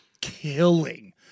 killing